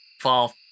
Fall